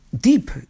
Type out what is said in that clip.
deep